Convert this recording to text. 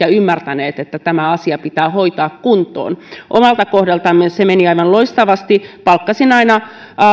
eivätkä olleet ymmärtäneet että tämä asia pitää hoitaa kuntoon omalla kohdallamme se meni aivan loistavasti palkkasin aina